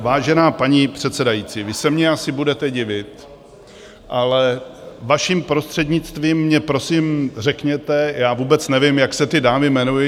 Vážená paní předsedající, vy se mně asi budete divit, ale, vaším prostřednictvím, mi prosím řekněte já vůbec nevím, jak se ty dámy jmenuji.